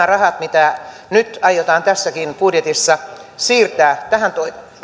rahat mitä nyt aiotaan tässäkin budjetissa siirtää tähän